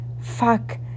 fuck